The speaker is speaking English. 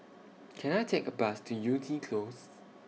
Can I Take A Bus to Yew Tee Close